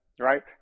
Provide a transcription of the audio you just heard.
right